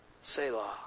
Selah